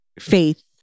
faith